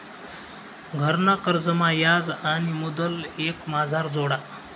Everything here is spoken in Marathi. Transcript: घरना कर्जमा याज आणि मुदल एकमाझार जोडा